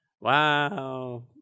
Wow